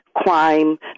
crime